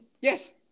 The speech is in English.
Yes